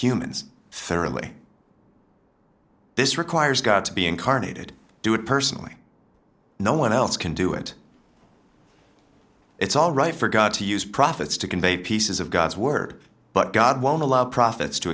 humans thoroughly this requires god to be incarnated do it personally no one else can do it it's all right for god to use prophets to convey pieces of god's word but god won't allow prophets to